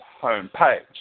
homepage